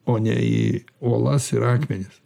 o ne į uolas ir akmenis